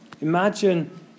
Imagine